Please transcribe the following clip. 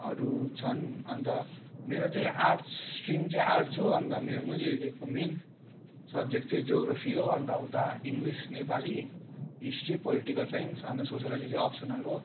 हरू छन् अन्त मेरो चाहिँ आर्ट्स स्ट्रिम चाहिँ आर्ट्स हो अन्त मेरो मैले लिएको मेन सब्जेक्ट चाहिँ जोग्राफी हो अन्त उता English Nepali history political science अन्त सोस्योलोजी अप्सनल हो